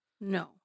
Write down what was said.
no